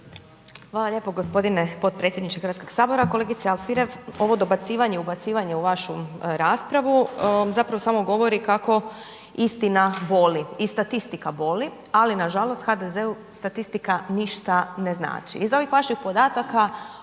Hvala lijepo gospodine potpredsjedniče Hrvatskog sabora. Kolegice Alfirev, ovo dobacivanje, ubacivanje u vašu raspravu zapravo samo govori kako istina boli, i statistika boli, ali nažalost HDZ-u statistika ništa ne znači.